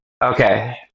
Okay